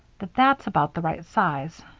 that that's about the right size.